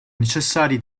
necessari